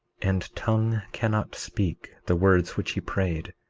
and tongue cannot speak the words which he prayed,